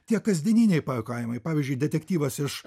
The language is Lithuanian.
tie kasdieniniai pajuokavimai pavyzdžiui detektyvas iš